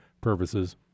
purposes